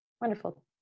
Wonderful